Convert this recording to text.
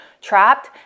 trapped